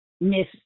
miss